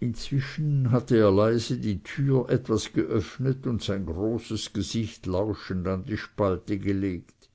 inzwischen hatte er leise die tür etwas geöffnet und sein großes gesicht lauschend an die spalte gelegt